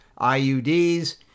IUDs